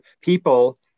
people